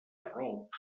arrop